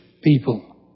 people